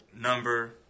number